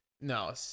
No